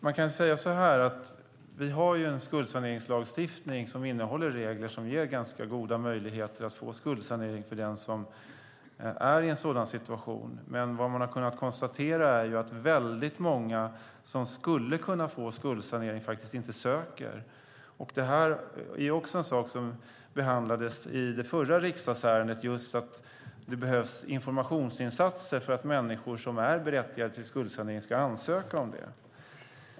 Fru talman! Vi har en skuldsaneringslagstiftning som innehåller regler som ger ganska goda möjligheter att få skuldsanering för den som är i en sådan situation att det behövs. Men vad man har kunnat konstatera är att väldigt många som skulle kunna få skuldsanering faktiskt inte ansöker om det. Det är också en sak som behandlades i det förra riksdagsärendet, nämligen just att det behövs informationsinsatser för att människor som är berättigade till skuldsanering ska ansöka om det.